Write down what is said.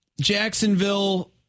Jacksonville